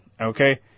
okay